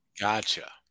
Gotcha